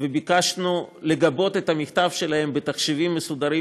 וביקשנו מהם לגבות את המכתב שלהם בתחשיבים מסודרים,